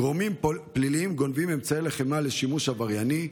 גורמים פליליים גונבים אמצעי לחימה לשימוש עברייני,